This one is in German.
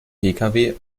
pkw